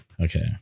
Okay